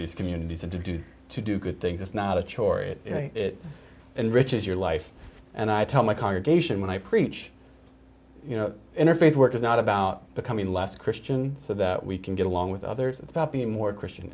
these communities and to do to do good things it's not a chore it enriches your life and i tell my congregation when i preach you know interfaith work is not about becoming less christian so that we can get along with others it's about being more christian